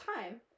time